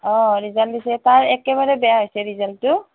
অঁ ৰিজাল্ট দিছে তাৰ একেবাৰে বেয়া হৈছে ৰিজাল্টটো